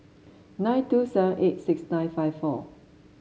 nine two seven eight six nine five four